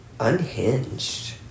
Unhinged